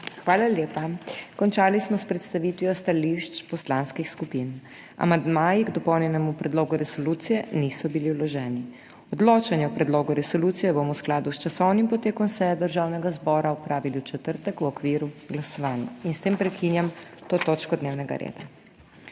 Hvala lepa. Končali smo s predstavitvijo stališč poslanskih skupin. Amandmaji k dopolnjenemu predlogu resolucije niso bili vloženi. Odločanje o predlogu resolucije bomo v skladu s časovnim potekom seje Državnega zbora opravili v četrtek v okviru glasovanj. S tem prekinjam to točko dnevnega reda.